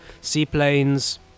seaplanes